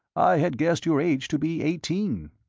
i had guessed your age to be eighteen.